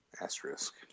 asterisk